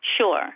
sure